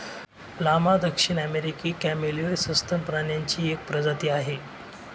llama दक्षिण अमेरिकी camelid सस्तन प्राण्यांची एक प्रजाती आहे